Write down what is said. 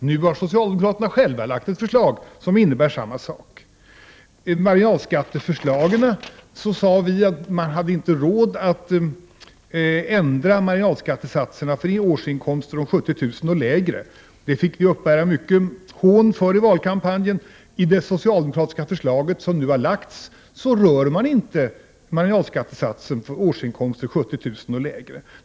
Nu har socialdemokraterna själva lagt fram ett förslag som innebär just detta. Beträffande marginalskatterna sade vi att vi inte har råd att ändra marginalskattesatsen för inkomstlägen med årsinkomst på 70 000 kr. och lägre. För det fick vi uppbära mycket hån före valet. I det socialdemokratiska förslag som nu har framlagts rör man inte marginalskattesatsen för inkomstlägen 70 000 kr. och lägre.